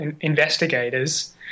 investigators